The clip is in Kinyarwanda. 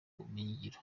ubumenyingiro